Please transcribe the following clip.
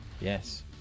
Yes